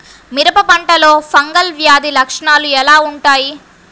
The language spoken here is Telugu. మిరప పంటలో ఫంగల్ వ్యాధి లక్షణాలు ఎలా వుంటాయి?